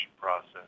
process